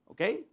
Okay